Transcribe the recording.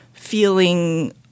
feeling